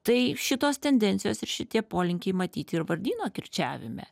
tai šitos tendencijos ir šitie polinkiai matyt ir vardyno kirčiavime